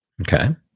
Okay